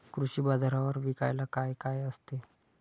कृषी बाजारावर विकायला काय काय असते?